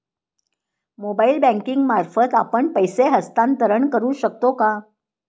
Mobile banking मार्फत आपण पैसे हस्तांतरण करू शकतो का?